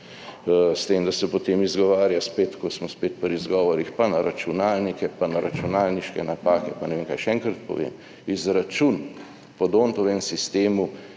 S tem, da se potem izgovarja spet, ko smo spet pri izgovorih, pa na računalnike, pa na računalniške napake, pa ne vem kaj. Še enkrat povem, izračun po Dontovem sistemu